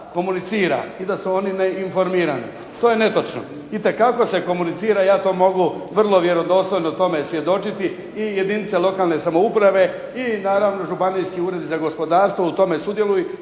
komunicira i da su oni neinformirani. To je netočno. Itekako se komunicira. Ja to mogu vrlo vjerodostojno tome svjedočiti i jedinice lokalne samouprave i naravno županijski uredi za gospodarstvo u tome sudjeluju.